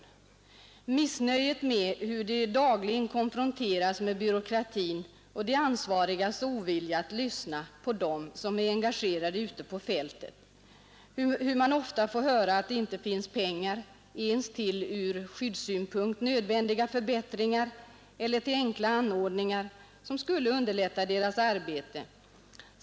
Jag känner till deras missnöje med att dagligen konfronteras med byråkratin och de ansvarigas ovilja att lyssna på dem som är engagerade ute på fältet. Jag vet hur man ofta får höra att det inte finns pengar ens till ur skyddssynpunkt nödvändiga förbättringar eller till enkla anordningar, som skulle underlätta deras arbete.